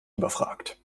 überfragt